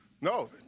No